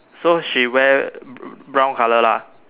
so she wear br~ brown colour lah